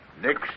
Next